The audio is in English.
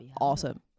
awesome